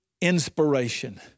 inspiration